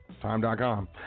Time.com